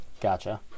Gotcha